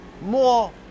more